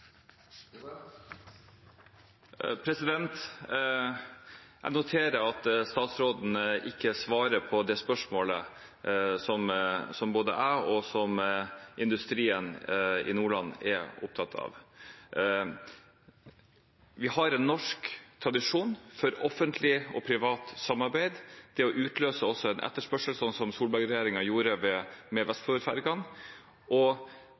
Jeg noterer meg at statsråden ikke svarer på det spørsmålet som både jeg og industrien i Nordland er opptatt av. Vi har en norsk tradisjon for offentlig og privat samarbeid, det å utløse en etterspørsel, slik Solberg-regjeringen gjorde med Vestfjord-fergene. Når vi da har bedrifter som